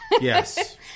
yes